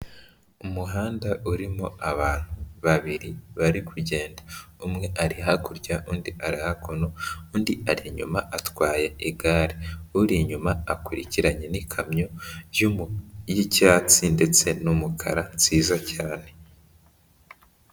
Umuhanda urimo abantu babiri bari kugenda, umwe ari hakurya, undi ari hakuno, undi ari inyuma atwaye igare, uri inyuma akurikiranye n'ikamyo y'icyatsi ndetse n'umukara nziza cyane.